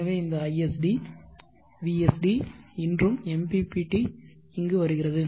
எனவே இந்த isd vsd இன்றும் MPPT இங்கு வருகிறது